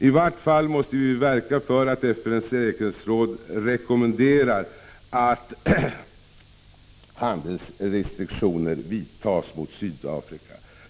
I vart fall måste vi verka för att FN:s säkerhetsråd rekommenderar att handelsrestriktioner vidtas mot Sydafrika.